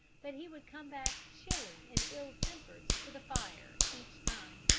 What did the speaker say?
but he would come back chilly and ill-tempered to the fire each time.